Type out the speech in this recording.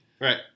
Right